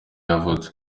yavutse